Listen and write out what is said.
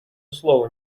слова